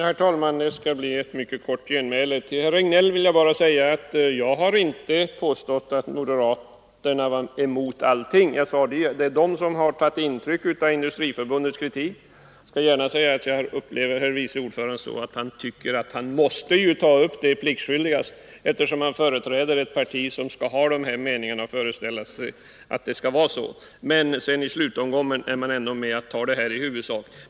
Herr talman! Det skall bli ett mycket kort genmäle! Till herr Regnéll vill jag bara säga att jag inte har påstått att moderaterna är emot allting. Jag talade om de moderater som tagit intryck av Industriförbundets kritik. Jag skall gärna säga att jag har upplevt det så att det verkar som om utskottets vice ordförande anser sig pliktskyldigast vara tvungen att ta upp detta, eftersom han företräder ett parti som skall ha dessa uppfattningar. Men i slutomgången är man ändå i huvudsak med på förslaget.